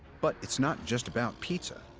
but it's not just about pizza.